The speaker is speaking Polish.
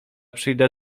przyjdę